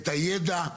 את הידע,